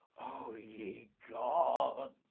o ye gods!